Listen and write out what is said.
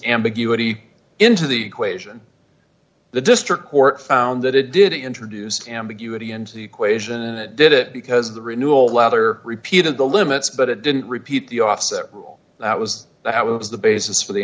ambiguity into the equation the district court found that it did introduce ambiguity into the equation it did it because of the renewal letter repeated the limits but it didn't repeat the officer that was that was the basis for the